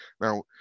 Now